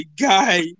guy